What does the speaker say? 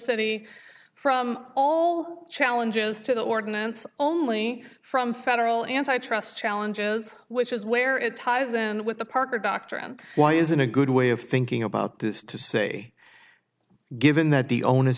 city from all challenges to the ordinance only from federal antitrust challenges which is where it ties in with the parker doctrine why isn't a good way of thinking about this to say given that the o